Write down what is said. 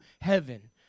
heaven